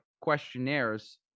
questionnaires